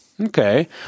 Okay